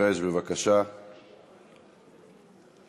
המליאה.) הדרך היחידה לפרוץ את המעגל הזה,